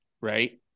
right